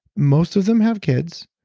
most of them have kids,